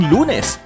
Lunes